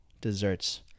desserts